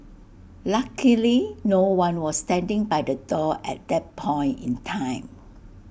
luckily no one was standing by the door at that point in time